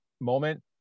moment